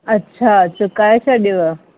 अच्छा चुकाए छॾियोव